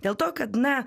dėl to kad na